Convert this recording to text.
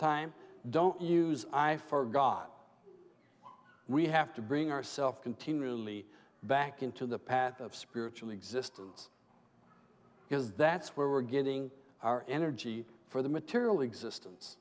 time don't use i for god we have to bring ourself continually back into the path of spiritual existence because that's where we're getting our energy for the material existence